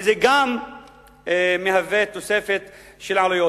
וגם זה מהווה תוספת של עלויות,